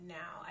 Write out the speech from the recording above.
now